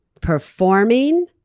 performing